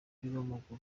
w’umupira